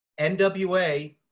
NWA